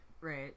Right